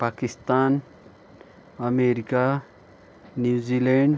Pakistan America New Zealand